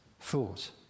thought